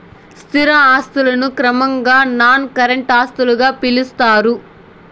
స్థిర ఆస్తులను క్రమంగా నాన్ కరెంట్ ఆస్తులుగా పిలుత్తారు